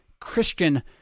Christian